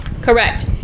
Correct